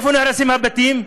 איפה נהרסים הבתים?